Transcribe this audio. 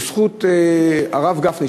בזכות הרב גפני,